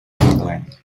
england